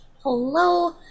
Hello